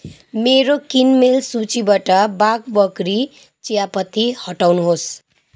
मेरो किनमेल सूचीबाट वाग बकरी चियापत्ती हटाउनुहोस्